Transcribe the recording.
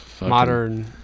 modern